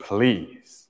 Please